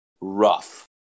rough